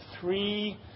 three